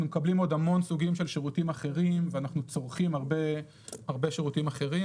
מקבלים עוד המון סוגים של שירותים אחרים ואנחנו צורכים הרבה שירותים אחרים.